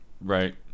right